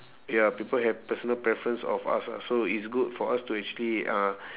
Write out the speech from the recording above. ya people have personal preference of us lah so it's good for us to actually uh